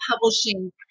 publishing